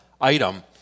item